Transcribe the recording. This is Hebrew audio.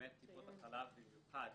טיפות חלב במיוחד